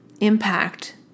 impact